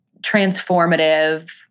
transformative